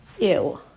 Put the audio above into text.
Ew